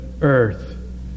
earth